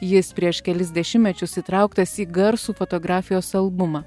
jis prieš kelis dešimtmečius įtrauktas į garsų fotografijos albumą